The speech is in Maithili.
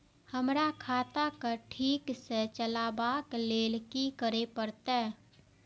हमरा खाता क ठीक स चलबाक लेल की करे परतै